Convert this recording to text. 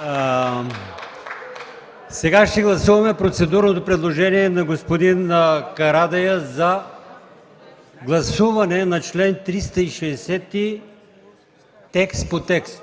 прието. Гласуваме процедурното предложение на господин Карадайъ за гласуване на чл. 360 текст по текст.